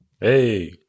Hey